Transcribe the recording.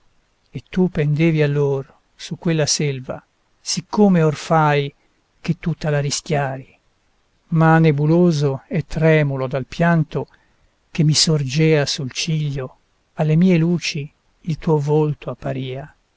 e tu pendevi allor su quella selva siccome or fai che tutta la rischiari ma nebuloso e tremulo dal pianto che mi sorgea sul ciglio alle mie luci il tuo volto apparia